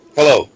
Hello